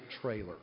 trailer